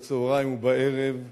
בצהריים ובערב,